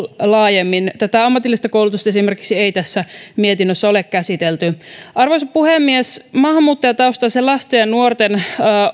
laajemmin ammatillista koulutusta esimerkiksi ei tässä mietinnössä ole käsitelty arvoisa puhemies maahanmuuttajataustaisten lasten ja nuorten